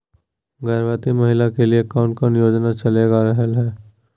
गर्भवती महिला के लिए कौन कौन योजना चलेगा रहले है?